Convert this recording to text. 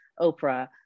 Oprah